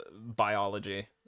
biology